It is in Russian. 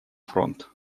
фронт